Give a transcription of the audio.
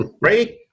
Right